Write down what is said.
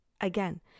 again